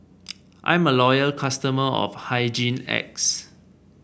I'm a loyal customer of Hygin X